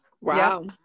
Wow